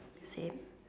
same